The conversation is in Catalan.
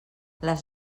les